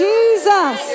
Jesus